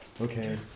Okay